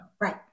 Right